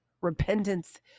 Repentance